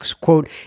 quote